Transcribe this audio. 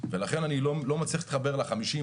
ולכן אני לא מצליח להתחבר ל-50,